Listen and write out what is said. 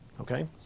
Okay